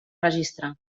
registre